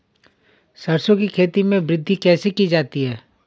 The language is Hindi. सरसो की खेती में वृद्धि कैसे की जाती है?